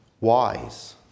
wise